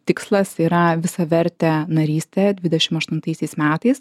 tikslas yra visavertė narystė dvidešimt aštuntaisiais metais